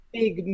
big